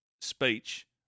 speech